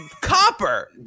copper